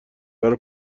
برا